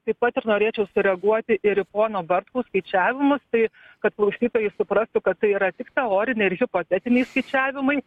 taip pat ir norėčiau sureaguoti ir į pono bartkaus skaičiavimus tai kad klausytojai suprastų kad tai yra tik teoriniai ir hipotetiniai skaičiavimai